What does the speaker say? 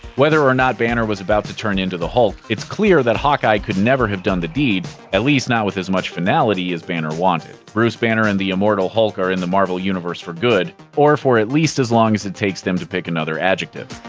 whether or not banner was about to turn into the hulk, it's clear that hawkeye could never have done the deed, at least not with as much finality as banner wanted. bruce banner and the immortal hulk are in the marvel universe for good, or for at least as long as it takes them to pick another adjective.